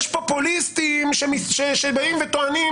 יש פופוליסטים שבאים וטוענים,